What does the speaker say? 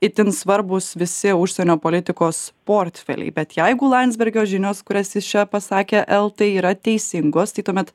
itin svarbūs visi užsienio politikos portfeliai bet jeigu landsbergio žinios kurias jis čia pasakė eltai yra teisingos tai tuomet